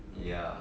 ya